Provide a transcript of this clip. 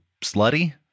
slutty